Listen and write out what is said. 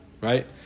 Right